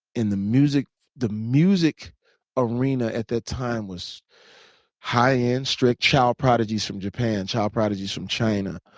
and the music the music arena at that time was high end, straight child prodigies from japan, child prodigies from china.